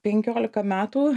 penkiolika metų